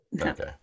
Okay